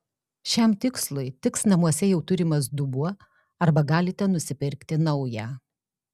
šiam tikslui tiks namuose jau turimas dubuo arba galite nusipirkti naują